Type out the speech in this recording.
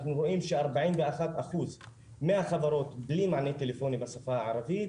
אנחנו רואים שארבעים ואחת אחוז מהחברות בלי מענה טלפוני בשפה הערבית,